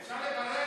אפשר לברך?